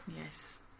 Yes